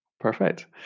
Perfect